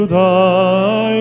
thy